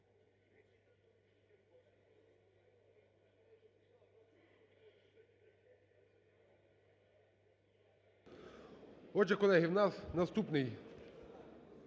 Отже, колеги, у нас наступний